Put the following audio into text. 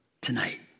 tonight